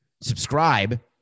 subscribe